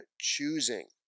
choosing